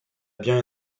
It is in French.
bien